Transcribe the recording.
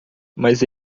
mas